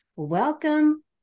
Welcome